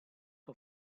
her